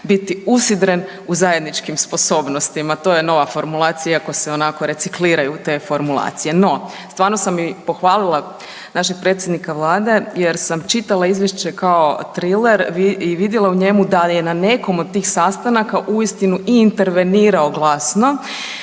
biti usidren u zajedničkim sposobnostima. To je nova formulacija, iako se onako recikliraju te formulacije. No, stvarno sam i pohvalila našeg predsjednika Vlade jer sam čitala izvješće kao triler i vidjela na njemu da je na nekom od tih sastanaka i intervenirao glasno